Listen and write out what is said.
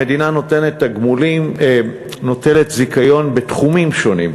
המדינה נותנת זיכיון בתחומים שונים,